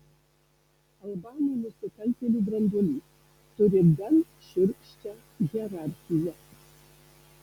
albanų nusikaltėlių branduolys turi gan šiurkščią hierarchiją